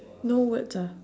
no words ah